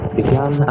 began